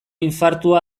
infartu